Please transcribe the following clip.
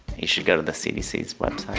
you should go to the cdc's website